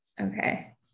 Okay